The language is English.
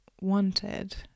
wanted